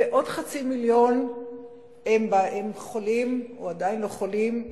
ועוד חצי מיליון הם חולים או עדיין לא חולים,